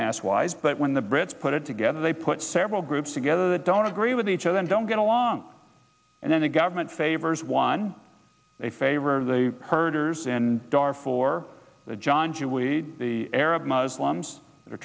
mass wise but when the brits put it together they put several groups together that don't agree with each other and don't get along and then the government favors one a favor the herders in dar for the arab muslims are